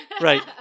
Right